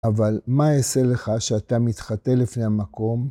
אבל מה יעשה לך שאתה מתחטא לפני המקום?